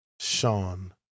sean